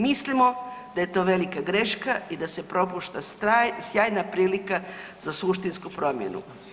Mislimo da je to velika greška i da se propušta sjajna prilika za suštinsku promjenu.